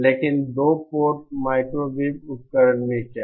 लेकिन 2 port microwave उपकरण के बारे में क्या